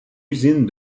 usine